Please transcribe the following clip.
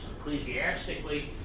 ecclesiastically